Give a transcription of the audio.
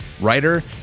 writer